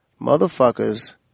Motherfuckers